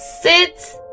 sit